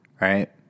right